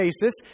basis